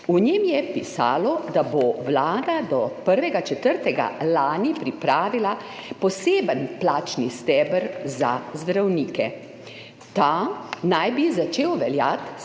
V njem je pisalo, da bo Vlada do 1. 4. lanskega leta pripravila poseben plačni steber za zdravnike. Ta naj bi začel veljati